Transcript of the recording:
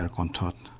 yeah content